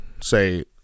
say